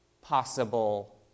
possible